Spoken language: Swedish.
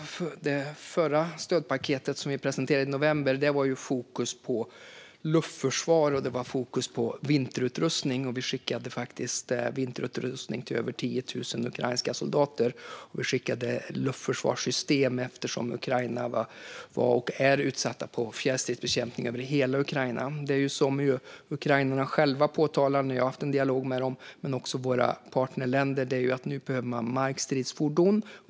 Herr talman! I det förra stödpaketet som vi presenterade i november var fokus på luftförsvar och vinterutrustning. Vi skickade faktiskt vinterutrustning till över 10 000 ukrainska soldater. Vi skickade luftförsvarssystem eftersom Ukraina var, och är, utsatt för fjärrstridsbekämpning över hela Ukraina. Ukrainarna själva påpekar, när jag har haft en dialog med dem, och även med våra partnerländer, att de nu behöver markstridsfordon.